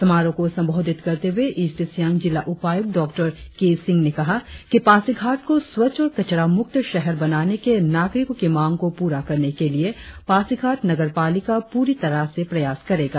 समारोह को संबोधित करते हुए ईस्ट सियांग जिला उपायुक्त डॉ के सिंह ने कहा कि पासीघाट को स्वच्छ और कचरा मुक्त शहर बनाने के नागरिकों की मांग को पूरा करने के लिए पासीघाट नगर पालिका पूरी तरह से प्रयास करेगा